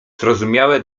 zrozumiałe